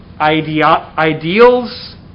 ideals